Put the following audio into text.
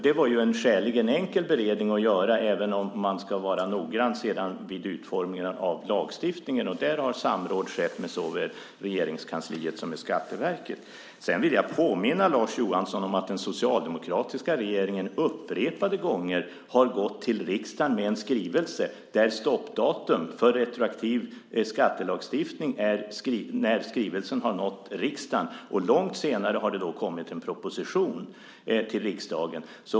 Det var en skäligen enkel beredning att göra, även om man ska vara noggrann vid utformningen av lagstiftningen. Där har samråd skett med såväl Regeringskansliet som Skatteverket. Jag vill påminna Lars Johansson om att den socialdemokratiska regeringen upprepade gånger gick till riksdagen med en skrivelse där stoppdatum för retroaktiv skattelagstiftning har varit när skrivelsen har nått riksdagen. Långt senare har det kommit en proposition till riksdagen.